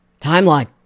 Timeline